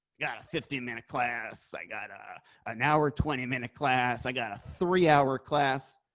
got a fifteen minute class. i gotta an hour twenty minute class. i got a three hour class,